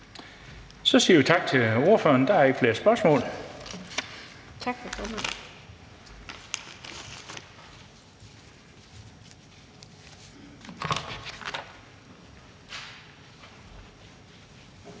Så siger vi tak til ordføreren. Der er ikke flere spørgsmål.